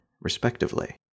respectively